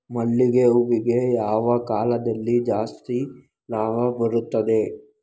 ಮಲ್ಲಿಗೆ ಹೂವಿಗೆ ಯಾವ ಕಾಲದಲ್ಲಿ ಜಾಸ್ತಿ ಲಾಭ ಬರುತ್ತದೆ?